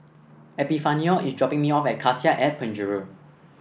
Epifanio is dropping me off at Cassia at Penjuru